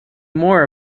more